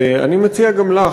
ואני מציע גם לך,